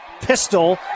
pistol